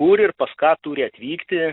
kur ir pas ką turi atvykti